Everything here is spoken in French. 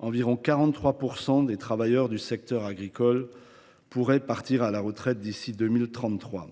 environ 43 % des travailleurs du secteur agricole pourraient partir à la retraite d’ici à 2033.